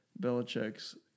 Belichick's